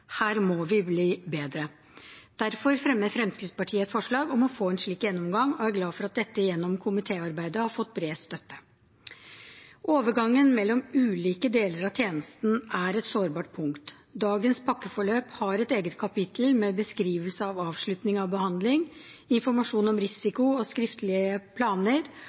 Her må vi bli bedre. Derfor fremmer Fremskrittspartiet et forslag om å få en slik gjennomgang, og er glad for at dette gjennom komitéarbeidet har fått bred støtte. Overgangene mellom ulike deler av tjenesten er et sårbart punkt. Dagens pakkeforløp har et eget kapittel med beskrivelse av avslutning av behandling og informasjon om risiko og skriftlige planer,